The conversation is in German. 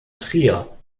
trier